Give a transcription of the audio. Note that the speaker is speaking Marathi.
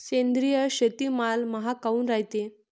सेंद्रिय शेतीमाल महाग काऊन रायते?